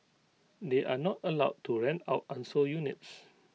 they are not allowed to rent out unsold units